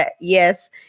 yes